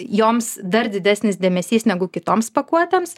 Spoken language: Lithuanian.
joms dar didesnis dėmesys negu kitoms pakuotėms